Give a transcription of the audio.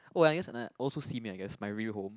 oh and I guess and I also Simei I guess my real home